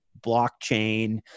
blockchain